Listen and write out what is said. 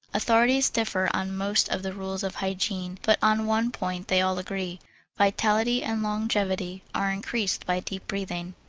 authorities differ on most of the rules of hygiene but on one point they all agree vitality and longevity are increased by deep breathing.